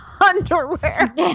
underwear